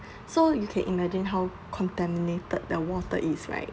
so you can imagine how contaminated the water is right